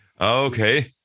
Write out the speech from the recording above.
Okay